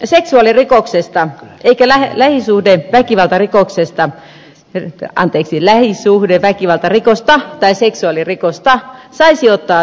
tässä keskustan tekemässä lakialoitteessa ehdotetaan ettei seksuaalirikosta eikä lähisuhdeväkivaltarikosta saisi ottaa sovittelumenettelyyn